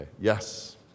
Yes